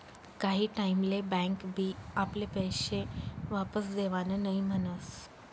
काही टाईम ले बँक बी आपले पैशे वापस देवान नई म्हनस